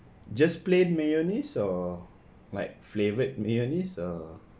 just plain mayonnaise or like flavoured mayonnaise or